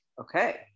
okay